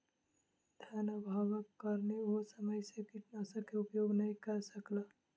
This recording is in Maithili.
धनअभावक कारणेँ ओ समय सॅ कीटनाशक के उपयोग नै कअ सकला